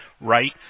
right